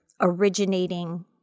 originating